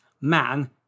man